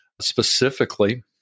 specifically